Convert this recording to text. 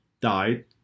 died